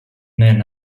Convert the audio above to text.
man